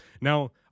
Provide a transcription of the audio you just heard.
Now